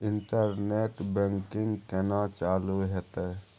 Internet banking केना चालू हेते?